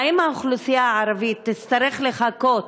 האם האוכלוסייה הערבית תצטרך לחכות